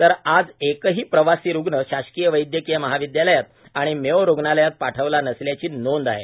तर आज एकही प्रवासी रुग्ण शासकीय वैदयकीय महाविद्यालत आणि मेयो रुग्णालयात पाठविला नसल्याची नोंद आहे